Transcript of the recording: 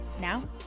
Now